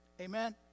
Amen